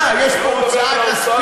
מה, יש פה הוצאה כספית?